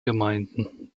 gemeinden